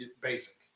basic